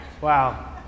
wow